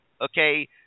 Okay